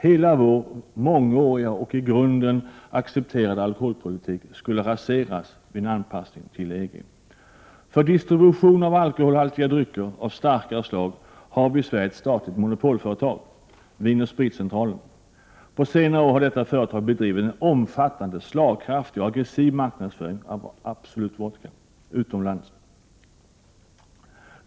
Hela vår mångåriga och i grunden accepterade alkoholpolitik skulle raseras vid en anpassning till EG. För distribution av alkoholhaltiga drycker av starkare slag har vi i Sverige ett statligt monopolföretag, Vin & Spritcentralen. På senare år har detta företag bedrivit en omfattande, slagkraftig och aggressiv marknadsföring av Absolut vodka utomlands.